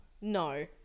no